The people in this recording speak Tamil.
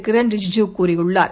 கிரண் ரிஜிஜூ கூறியுள்ளார்